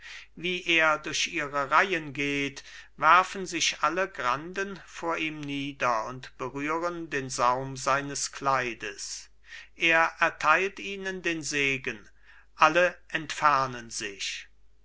wie er durch ihre reihen geht werfen sich alle granden vor ihm nieder und berühren den saum seines kleides er erteilt ihnen den segen alle entfernen sich